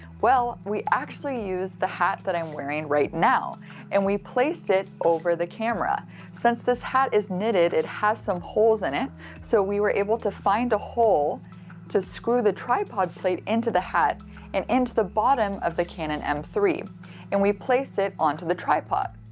well we actually use the hat that i'm wearing right now and we placed it over the camera since this hat is knitted it has some holes in it so we were able to find a hole to screw the tripod plate into the hat and into the bottom of the canon m three and we place it onto the tripod.